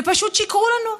ופשוט שיקרו לנו,